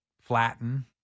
flatten